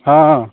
हँ